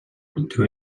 into